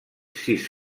sis